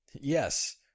Yes